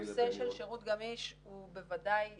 --- כל הנושא של שירות גמיש הוא בוודאי קורה,